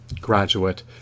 graduate